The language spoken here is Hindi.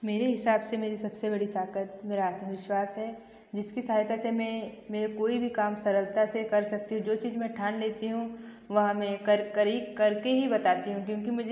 मेरे हिसाब से मेरी सब से बड़ी ताक़त मेरा आत्मविश्वास है जिसकी सहायता से मैं मेरा कोई भी काम सरलता से कर सकती हूँ जो चीज़ मैं ठान लेती हूँ वह मैं कर करही कर के ही बताती हूँ क्योंकि मुझे